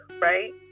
right